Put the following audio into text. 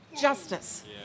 justice